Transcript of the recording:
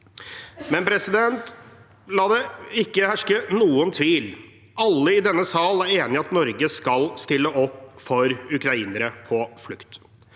vi er i nå. La det ikke herske noen tvil: Alle i denne sal er enig i at Norge skal stille opp for ukrainere på flukt.